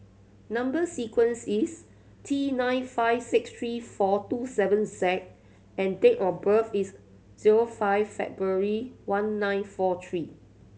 number sequence is T nine five six three four two seven Z and date of birth is zero five February one nine four three